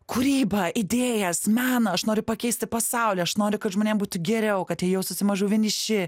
kūrybą idėjas meną aš noriu pakeisti pasaulį aš noriu kad žmonėm būtų geriau kad jie jaustųsi mažiau vieniši